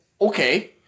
okay